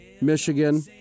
Michigan